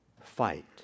fight